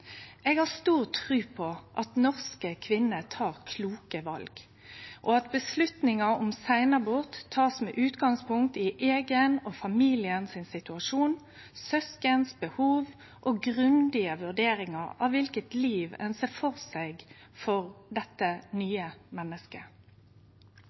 Eg har stor tru på at norske kvinner tek kloke val, og at avgjerder om seinabort blir tekne med utgangspunkt i eigen og familien sin situasjon, sysken sine behov og i grundige vurderingar av kva for liv ein ser føre seg for dette